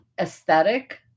aesthetic